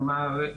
כלומר,